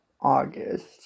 August